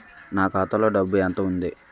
నా ఖాతాలో డబ్బు ఎంత ఉంది?